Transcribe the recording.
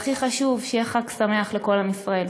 הכי חשוב, שיהיה חג שמח לכל עם ישראל.